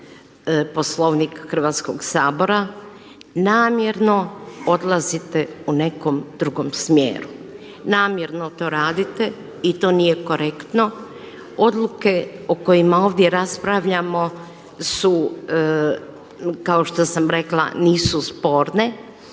Poslovnik Hrvatskog sabora namjerno odlazite u nekom drugom smjeru, namjerno to radite i to nije korektno. Odluke o kojima ovdje raspravljamo su kao što sam rekla nisu sporne,